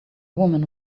woman